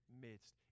midst